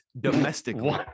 domestically